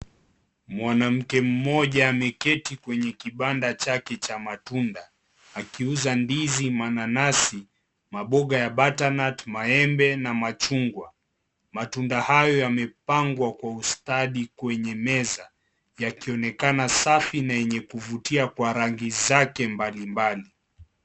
Mwanamke mmoja ameketi kwenye kibanda chake cha matunda akiuza ndizi, mananazi, maboga ya (CS)butternut(CS), maembe na machungwa . Matunda hayo yamepangwa kwa ustadi kwenye meza yakionekana safi na yenye kufutia Kwa rangi zake mbalimbali.